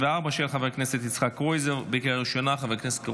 חוק ומשפט, לצורך הכנתה לקריאה השנייה והשלישית.